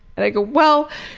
and i'd go well,